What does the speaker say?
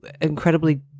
incredibly